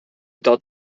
tot